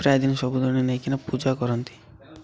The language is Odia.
ପ୍ରାୟଦିନ ସବୁଦିନ ନେଇକିନା ପୂଜା କରନ୍ତି